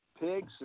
pigs